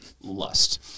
lust